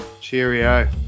cheerio